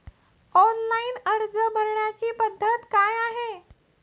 Online अर्ज भरण्याची पद्धत काय आहे?